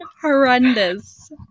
Horrendous